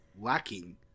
lacking